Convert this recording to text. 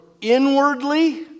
inwardly